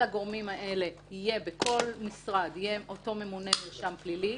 על הגורמים האלה יהיה אותו ממונה מרשם פלילי.